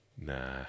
Nah